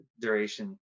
duration